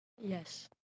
Yes